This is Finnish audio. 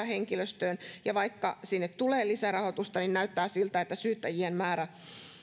henkilöstöön ja vaikka sinne tulee lisärahoitusta niin näyttää siltä että syyttäjien määrä